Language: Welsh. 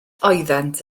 oeddent